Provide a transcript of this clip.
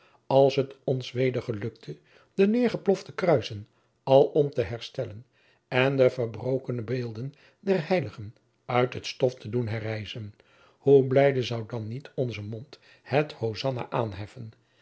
als het ons weder gelukte de neêrgeplofte kruissen alom te herstellen jacob van lennep de pleegzoon en de verbrokene beelden der heiligen uit het stof te doen herrijzen hoe blijde zoude dan niet onze mond het hosannah aanheffen